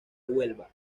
huelva